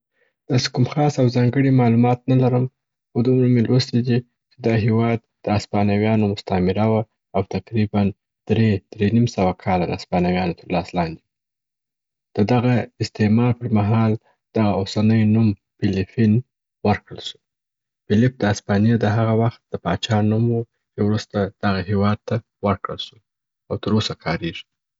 داسي کوم خاص او ځانګړي معلومات نه لرم خو دومره مي لوستي دي چې دا هیواد د هسپانویانو مستعامره وه او تقریباً درې درې نیم سوه کاله د هسپانویانو تر لاس لاندي و. د دغه استعمار پر مهال دغه اوسنۍ نوم، پیلیپین ورکړل سو. پیلیپ د هسپانیې د هغه وخت د پاچاه نوم و چې وروسته دغه هیواد ته ورکړل سو او تر اوسه کاریږي.